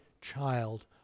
child